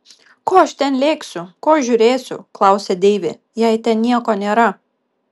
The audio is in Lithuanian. ko aš ten lėksiu ko žiūrėsiu klausia deivė jei ten nieko nėra